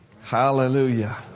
Hallelujah